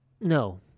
No